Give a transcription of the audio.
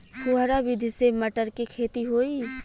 फुहरा विधि से मटर के खेती होई